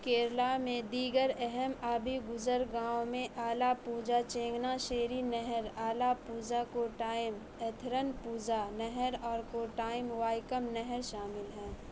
کیرلا میں دیگر اہم آبی گزرگاہوں میں آلاپوژا چنگناشیری نہر آلاپوژا کوٹایم اتھیرنپوژا نہر اور کوٹایم وائیکم نہر شامل ہیں